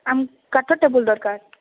ଆମ କାଠ ଟେବୁଲ ଦରକାର